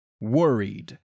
worried